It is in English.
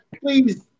please